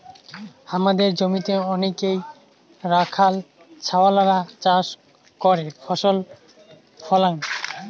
হামাদের জমিতে অনেইক রাখাল ছাওয়ালরা চাষ করে ফসল ফলাং